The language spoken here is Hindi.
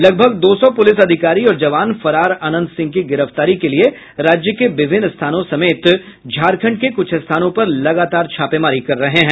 लगभग दो सौ पुलिस अधिकारी और जवान फरार अनंत सिंह की गिरफ्तारी के लिये राज्य के विभिन्न स्थानों समेत झारखंड के कुछ स्थानों पर लगातार छापेमारी कर रहे हैं